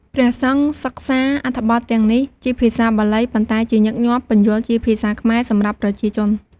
ព្រះសង្ឃសិក្សាអត្ថបទទាំងនេះជាភាសាបាលី ប៉ុន្តែជាញឹកញាប់ពន្យល់ជាភាសាខ្មែរសម្រាប់ប្រជាជន។